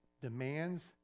demands